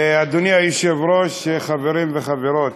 אדוני היושב-ראש, חברים וחברות,